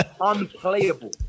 unplayable